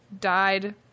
died